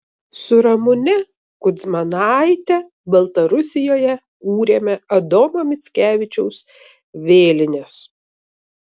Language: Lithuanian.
su ramune kudzmanaite baltarusijoje kūrėme adomo mickevičiaus vėlines